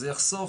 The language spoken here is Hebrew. זה יחסוך